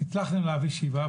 הצלחתם להביא שבעה,